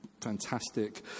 fantastic